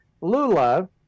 Lula